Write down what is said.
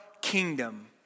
kingdom